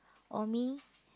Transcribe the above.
oh me